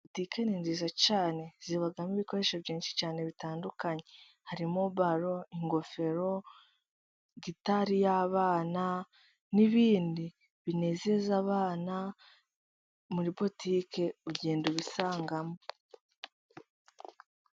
Butike ni nziza cyane zibamo ibikoresho byinshi cyane bitandukanye. Harimo baro, ingofero, gitari y'abana n'ibindi binezeza abana, muri butike ugenda ubisangamo.